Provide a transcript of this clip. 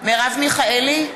מיכאלי,